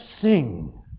sing